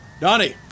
Donnie